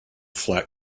flat